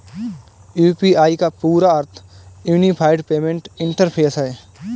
UPI का पूरा अर्थ यूनिफाइड पेमेंट इंटरफ़ेस है